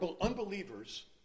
unbelievers